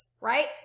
right